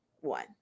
one